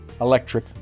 electric